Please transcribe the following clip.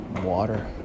water